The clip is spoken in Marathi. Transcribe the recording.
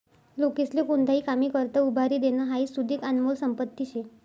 लोकेस्ले कोणताही कामी करता उभारी देनं हाई सुदीक आनमोल संपत्ती शे